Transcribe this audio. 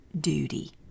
duty